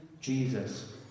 Jesus